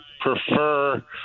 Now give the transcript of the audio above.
prefer